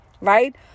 right